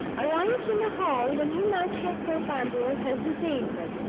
arrived in the hall, the new master of thorpe ambrose hesitated,